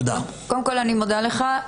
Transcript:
קודם כל אני מודה לך,